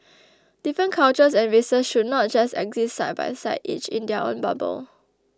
different cultures and races should not just exist side by side each in their own bubble